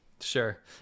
sure